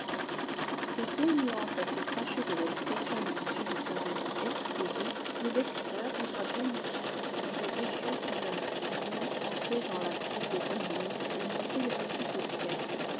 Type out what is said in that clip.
ces deux nuances assez tranchées de l'habitation de m de saint-remy exposées le lecteur voudra bien nous suivre dans des régions plus infimes entrer dans la cour des remises et monter le petit escalier